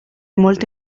molto